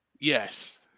yes